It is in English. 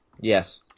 yes